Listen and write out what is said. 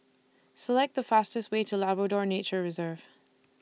Select The fastest Way to Labrador Nature Reserve